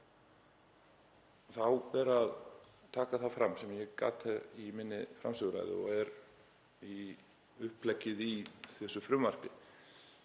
Þá ber að taka það fram sem ég gat um í minni framsöguræðu og er í uppleggið í þessu frumvarpi